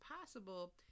possible